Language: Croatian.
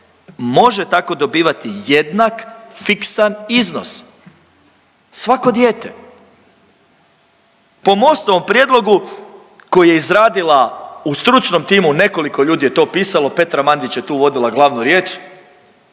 može tako dobivati jednak fiksan iznos, svako dijete. Po Mostovom prijedlogu koji je izradila u stručnom timu, nekoliko ljudi je to pisalo, Petra Mandić je tu vodila glavnu riječ,